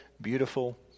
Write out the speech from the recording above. beautiful